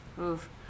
Oof